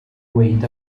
ddweud